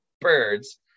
birds